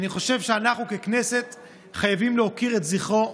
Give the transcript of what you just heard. אני חושב שאנחנו ככנסת חייבים להוקיר את זכרו,